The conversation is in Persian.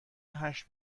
هشت